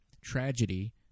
tragedy